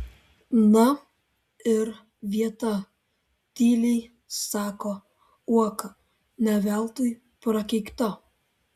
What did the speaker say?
na ir vieta tyliai sako uoka ne veltui prakeikta